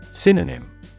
Synonym